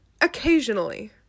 Occasionally